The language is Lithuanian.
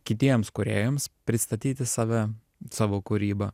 kitiems kūrėjams pristatyti save savo kūrybą